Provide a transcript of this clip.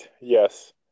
Yes